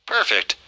Perfect